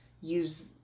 use